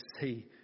see